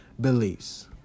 beliefs